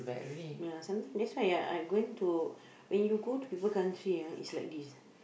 ya something that's why ah I'm going to when you go to people country ah it's like this